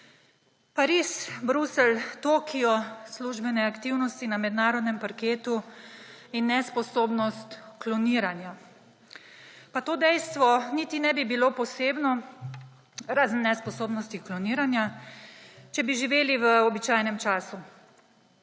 Pariz, Bruselj, Tokio, službene aktivnosti na mednarodnem parketu in nesposobnost kloniranja. Pa to dejstvo niti ne bi bilo posebno, razen nesposobnosti kloniranja, če bi živeli v običajnem času.